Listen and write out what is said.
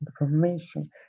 information